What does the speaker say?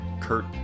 Kurt